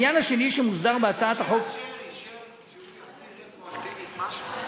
משה אשר אישר שהוא יחזיר רטרואקטיבית משהו?